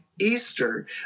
Easter